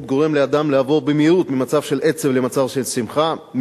גורם לאדם לעבור במהירות ממצב של עצב למצב של שמחה,